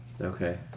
Okay